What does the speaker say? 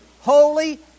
holy